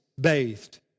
bathed